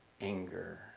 anger